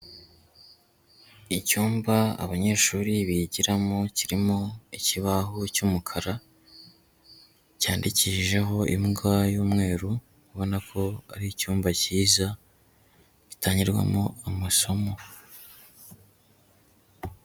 Icyumba abanyeshuri bigiramo kirimo ikibaho cy'umukara, cyandikishijeho ingwa y'umweru ubona ko ari icyumba cyiza gitangirwamo amasomo.